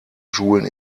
schulen